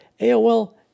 AOL